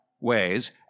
ways